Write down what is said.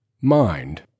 mind